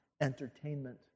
entertainment